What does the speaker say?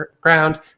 ground